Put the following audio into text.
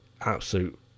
absolute